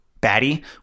Batty